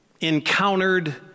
encountered